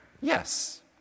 Yes